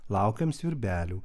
laukiam svirbelių